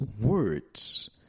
words